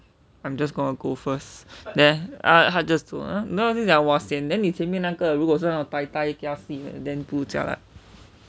I'm just gonna go first then 她:tae just 走 uh !wah! sian then 你前面那个如果是那种:ni qianan mian na ge ru guo shi na zhong pai thai kiasi 的不是 jialat